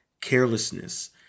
carelessness